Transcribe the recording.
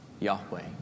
Yahweh